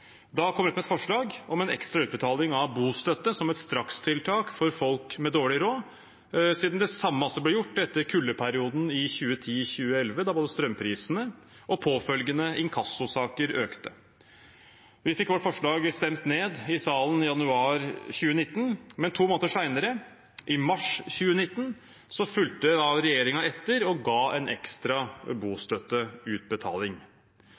Da kom Rødt med et forslag om en ekstra utbetaling av bostøtte som et strakstiltak for folk med dårlig råd, siden det samme ble gjort etter kuldeperioden i 2010–2011, da både strømprisene og påfølgende inkassosaker økte. Vi fikk vårt forslag stemt ned i salen i januar 2019. Men to måneder senere, i mars 2019, fulgte regjeringen etter og ga en ekstra